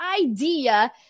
idea